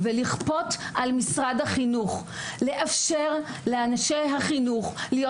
ולכפות על משרד החינוך לאפשר לאנשי החינוך להיות